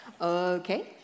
Okay